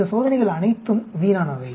இந்த சோதனைகள் அனைத்தும் வீணானவை